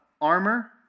armor